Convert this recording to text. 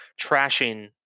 trashing